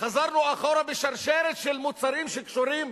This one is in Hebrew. חזרנו אחורה בשרשרת של מוצרים שקשורים